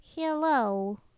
Hello